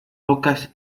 rocas